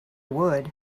would